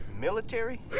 Military